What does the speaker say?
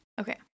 Okay